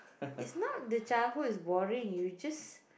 it's not the childhood is boring you just